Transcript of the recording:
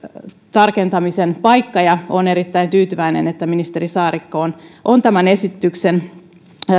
tarkentamisen paikka ja olen erittäin tyytyväinen että ministeri saarikko on on tämän esityksen